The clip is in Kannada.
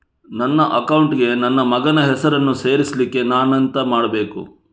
ನನ್ನ ಅಕೌಂಟ್ ಗೆ ನನ್ನ ಮಗನ ಹೆಸರನ್ನು ಸೇರಿಸ್ಲಿಕ್ಕೆ ನಾನೆಂತ ಮಾಡಬೇಕು?